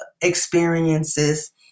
experiences